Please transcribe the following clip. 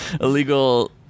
Illegal